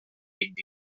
vint